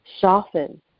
soften